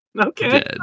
Okay